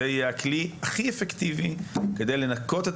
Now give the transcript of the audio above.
זה יהיה הכלי הכי אפקטיבי כדי לנקות את